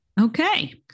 Okay